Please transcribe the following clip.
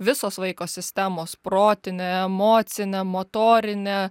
visos vaiko sistemos protinė emocinė motorinė